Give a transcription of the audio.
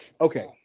Okay